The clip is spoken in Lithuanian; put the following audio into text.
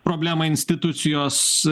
problemą institucijos